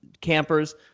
campers